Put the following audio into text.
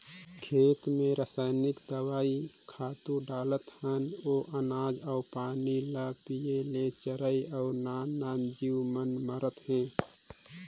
खेत मे रसइनिक दवई, खातू डालत हन ओ अनाज अउ पानी ल पिये ले चरई अउ नान नान जीव मन मरत हे